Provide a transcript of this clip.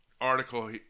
article